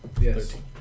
Yes